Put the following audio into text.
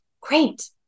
Great